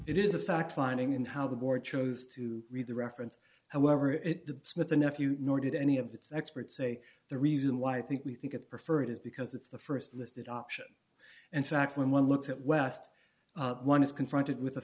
it is a fact finding in how the board chose to read the reference however it did with the nephew nor did any of its experts say the reason why i think we think it preferred is because it's the st listed option and fact when one looks at west one is confronted with the